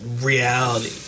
reality